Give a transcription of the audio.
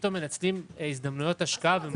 ופתאום מנצלים הזדמנויות השקעה.